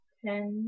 ten